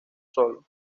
solo